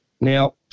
Now